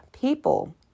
people